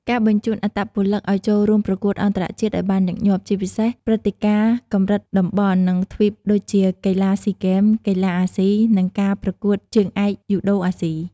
ការបញ្ជូនអត្តពលិកឲ្យចូលរួមប្រកួតអន្តរជាតិឲ្យបានញឹកញាប់ ជាពិសេសព្រឹត្តិការណ៍កម្រិតតំបន់ និងទ្វីបដូចជា កីឡាស៊ីហ្គេម កីឡាអាស៊ី និងការប្រកួតជើងឯកយូដូអាស៊ី ។